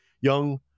young